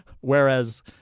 Whereas